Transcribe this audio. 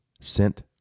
sent